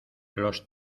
los